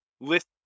list